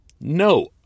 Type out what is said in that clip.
No